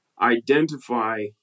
identify